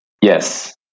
Yes